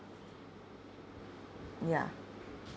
ya